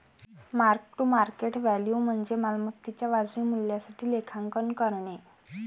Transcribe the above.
mark to market value म्हणजे मालमत्तेच्या वाजवी मूल्यासाठी लेखांकन करणे